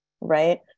Right